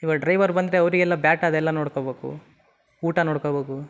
ಇವಾಗ ಡ್ರೈವರ್ ಬಂದರೆ ಅವರಿಗೆಲ್ಲ ಬ್ಯಾಟಾ ಅದೆಲ್ಲ ನೋಡ್ಕಬೇಕು ಊಟ ನೋಡ್ಕಬೇಕು